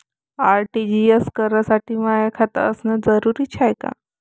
RTGS करासाठी माय खात असनं जरुरीच हाय का?